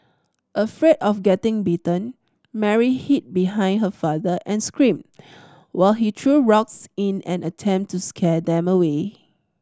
afraid of getting bitten Mary hid behind her father and screamed while he threw rocks in an attempt to scare them away